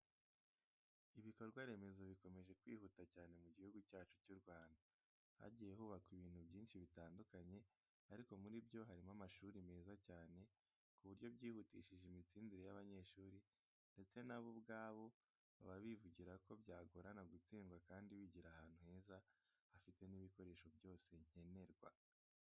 Ibikorwa remezo bikomeje kwihuta cyane mu Gihugu cyacu cy'u Rwanda. Hagiye hubakwa ibintu byinshi bitandukanye ariko muri byo harimo amashuri meza cyane ku buryo byihutishije imitsindire y'abanyeshuri ndetse na bo ubwabo baba bivugira ko byagorana gutsindwa kandi wigira ahantu heza hafite n'ibikoresho byose nkenerwa.